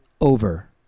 over